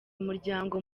umuryango